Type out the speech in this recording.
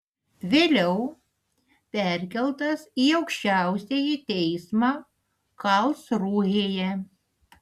vėliau perkeltas į aukščiausiąjį teismą karlsrūhėje